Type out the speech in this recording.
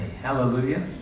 Hallelujah